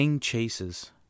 chases